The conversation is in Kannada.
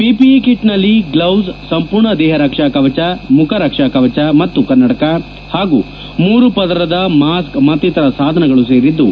ಪಿಪಿಇ ಕಿಟ್ ನಲ್ಲಿ ಗ್ಲೌಸ್ ಸಂಪೂರ್ಣ ದೇಹ ರಕ್ಷಾಕವಚ ಮುಖ ರಕ್ಷಾಕವಚ ಮತ್ತು ಕನ್ನಡಕ ಹಾಗೂ ಮೂರು ಪದರದ ಮಾಸ್ತ್ ಮತ್ನಿತರ ಸಾಧನಗಳು ಸೇರಿದ್ದು